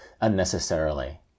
unnecessarily